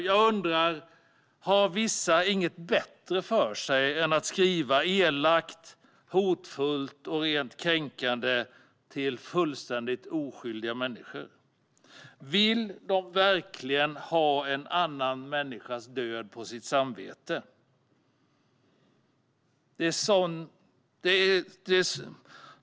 Jag undrar: Har vissa inget bättre för sig än att skriva elakt, hotfullt och rent kränkande till fullständigt oskyldiga människor? Vill de verkligen ha en annan människas död på sitt samvete?